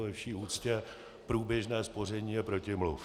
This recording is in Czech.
Ve vší úctě: průběžné spoření je protimluv.